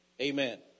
Amen